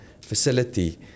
facility